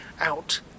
out